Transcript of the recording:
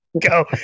go